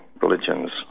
religions